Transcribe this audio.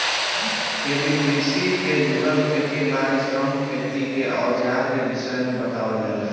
एमे कृषि के जुड़ल खेत बारी, श्रम, खेती के अवजार के विषय में बतावल जाला